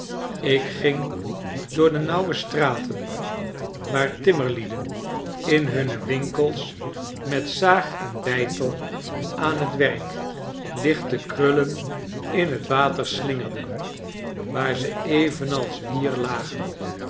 ik ging door nauwe straten waar timmerlieden in hunne winkels met zaag en beitel aan het werk lichte krullen in het water slingerden waar ze evenals wier lagen